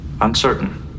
Uncertain